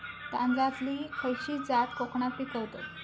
तांदलतली खयची जात कोकणात पिकवतत?